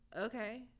okay